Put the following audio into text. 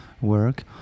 work